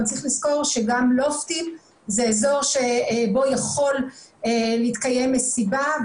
צריך לזכור שגם לופטים זה אזור בו יכולה להתקיים מסיבה,